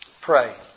Pray